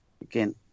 Again